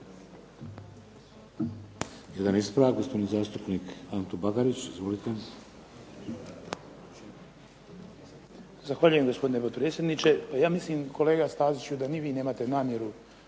ispravak, gospodin zastupnik Anto Bagarić. Izvolite. **Bagarić, Ivan (HDZ)** Zahvaljujem gospodine potpredsjedniče. Ja mislim kolega Staziću da ni vi nemate namjeru